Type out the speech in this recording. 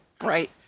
Right